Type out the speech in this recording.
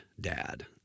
dad